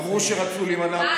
אמרו שרצו להימנע,